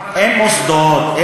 אין מוסדות,